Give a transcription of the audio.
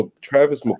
Travis